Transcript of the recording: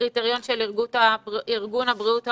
הקריטריון של ארגון הבריאות העולמי,